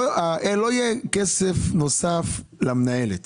לא יהיה כסף נוסף למנהלת